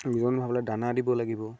ওজন হ'বলৈ দানা দিব লাগিব